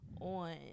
on